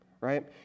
right